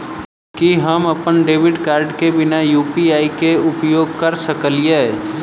की हम अप्पन debit card केँ बिना यु.पी.आई केँ उपयोग करऽ सकलिये?